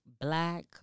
black